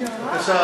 אי-אפשר,